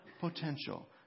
potential